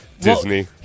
Disney